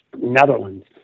Netherlands